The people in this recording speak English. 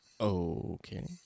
Okay